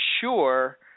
sure